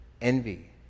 envy